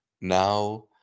now